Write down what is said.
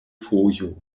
fojo